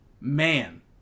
man